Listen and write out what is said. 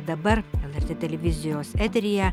dabar lrt televizijos eteryje